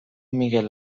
miguel